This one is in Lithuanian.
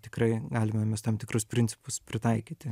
tikrai galime mes tam tikrus principus pritaikyti